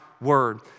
word